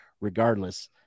regardless